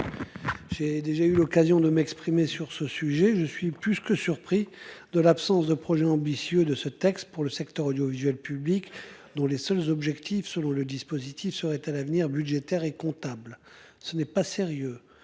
J'ai déjà eu l'occasion de m'exprimer sur ce sujet, je suis plus que surpris de l'absence de projet ambitieux de ce texte pour le secteur audiovisuel public dont les seuls objectifs selon le dispositif serait à l'avenir budgétaire et comptable. Ce n'est pas sérieux.